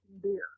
beer